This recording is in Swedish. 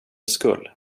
skull